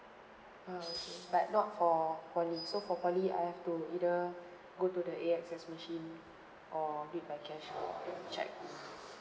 err but not for poly so for poly I have to either go to the A_X_S machine or pay by cash or cheques